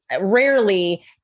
rarely